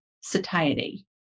satiety